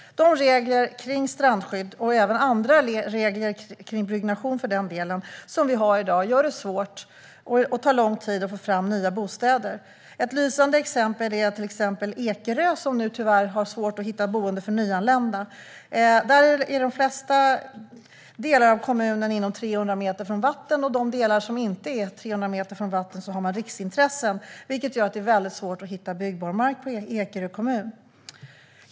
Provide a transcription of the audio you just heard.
De regler kring strandskydd, och för den delen även andra regler som reglerar byggnation, som vi har i dag gör att det är svårt och tar lång tid att få fram nya bostäder. Ett lysande exempel är Ekerö, som nu tyvärr har svårt att hitta boenden för nyanlända. De flesta delarna av kommunen ligger inom 300 meter från vatten, och de delar som inte ligger inom 300 meter från vatten upptas av riksintressen. Detta gör det väldigt svårt att hitta byggbar mark i Ekerö kommun.